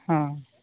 ᱦᱮᱸ